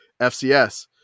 FCS